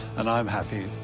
and i'm happy.